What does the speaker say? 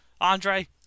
Andre